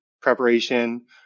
preparation